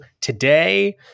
today